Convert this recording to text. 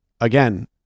again